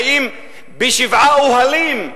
חיים בשבעה אוהלים.